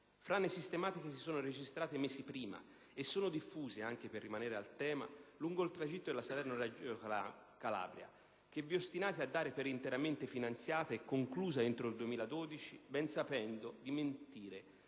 Frane sistematiche si sono registrate mesi prima e sono diffuse, anche per rimanere al tema, lungo il tragitto della Salerno-Reggio Calabria che vi ostinate a dare per interamente finanziata e conclusa entro il 2012, ben sapendo di mentire